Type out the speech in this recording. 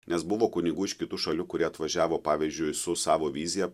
nes buvo kunigų iš kitų šalių kurie atvažiavo pavyzdžiui su savo vizija